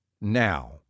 now